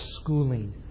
schooling